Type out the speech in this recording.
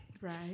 Right